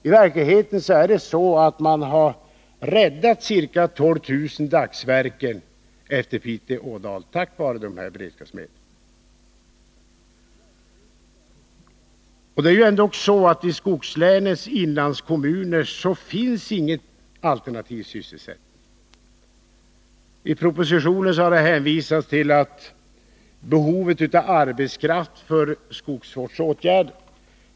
I verkligheten är det så att man har räddat ca 12 000 dagsverken i Pite älvdal tack vare dessa beredskapsmedel. I skogslänens inlandskommuner finns ingen alternativ sysselsättning. I propositionen har det hänvisats till behovet av arbetskraft för skogsvårdsåtgärder.